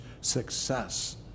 success